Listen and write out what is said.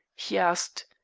he asked.